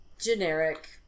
generic